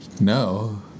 No